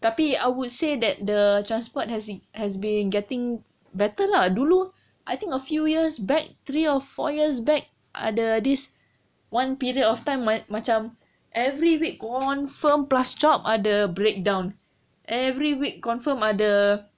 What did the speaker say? tapi I would say that the transport has he has been getting better lah dulu I think a few years back three or four years back ada this one period of time m~ macam every week confirm plus chop ada breakdown every week confirm ada